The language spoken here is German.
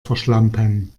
verschlampen